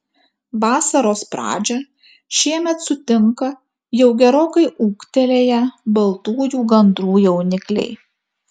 vasaros pradžią šiemet sutinka jau gerokai ūgtelėję baltųjų gandrų jaunikliai